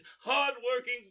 hard-working